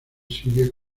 sigue